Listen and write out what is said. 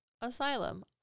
Asylum